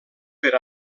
per